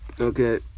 Okay